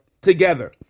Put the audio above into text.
together